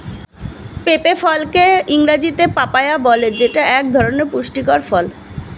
পেঁপে ফলকে ইংরেজিতে পাপায়া বলে যেইটা এক ধরনের পুষ্টিকর ফল